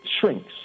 shrinks